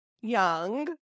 young